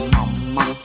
Mama